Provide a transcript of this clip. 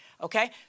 okay